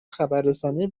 خبررسانی